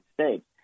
States